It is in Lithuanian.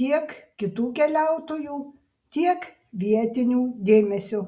tiek kitų keliautojų tiek vietinių dėmesio